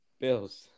Bills